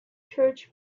church